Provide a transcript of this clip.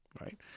Right